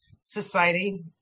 society